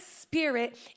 spirit